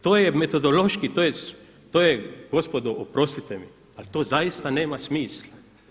To je metodološki, to je gospodo oprostite mi, ali to zaista nema smisla.